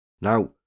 now